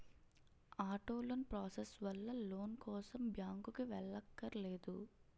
auto loan process వల్ల loan కోసం బ్యాంకుకి వెళ్ళక్కర్లేదు